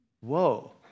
Whoa